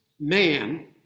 man